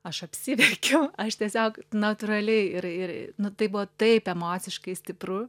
aš apsiverkiau aš tiesiog natūraliai ir ir nu tai buvo taip emociškai stipru